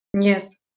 yes